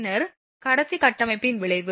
பின்னர் கடத்தி கட்டமைப்பின் விளைவு